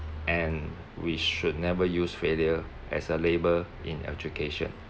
and we should never use failure as a label in education